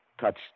touched